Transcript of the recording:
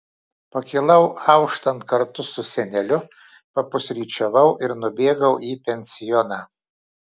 pakilau auštant kartu su seneliu papusryčiavau ir nubėgau į pensioną